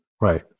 Right